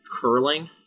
curling